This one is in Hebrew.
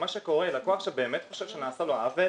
מה שקורה, לקוח שבאמת חושב שנעשה לו עוול